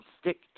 stick